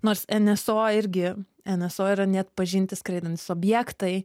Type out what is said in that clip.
nors nso irgi nso yra neatpažinti skraidantys objektai